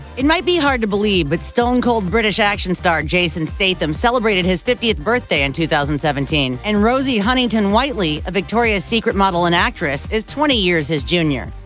it might be hard to believe, but stone-cold british action star jason statham celebrated his fiftieth birthday in two thousand and seventeen. and rosie huntington-whiteley, a victoria's secret model and actress, is twenty years his junior.